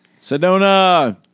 Sedona